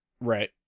Right